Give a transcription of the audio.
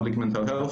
public mental health,